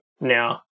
now